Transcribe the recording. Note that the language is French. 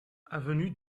avenue